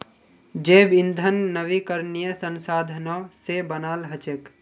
जैव ईंधन नवीकरणीय संसाधनों से बनाल हचेक